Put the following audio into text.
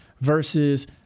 versus